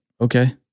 Okay